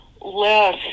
less